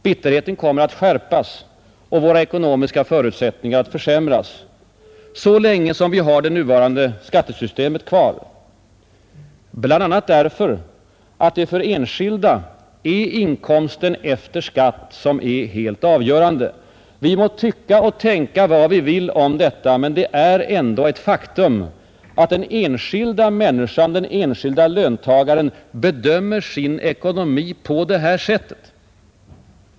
Bitterheten kommer att skärpas och våra ekonomiska förutsättningar försämras, så länge vi har det nuvarande skattesystemet kvar, bl.a. därför att det för enskilda är inkomsten efter skatt som är helt avgörande. Vi må tycka och tänka vad vi vill om detta, men det är ett faktum att den enskilda människan, den enskilde löntagaren, bedömer sin ekonomi på det sättet.